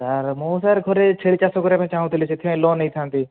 sir ମୁଁ sir ଘରେ ଛେଳି ଚାଷ କରିବା ପାଇଁ ଚାହୁଁଥିଲି ସେଥିପାଇଁ ଲୋନ୍ ନେଇଥାନ୍ତି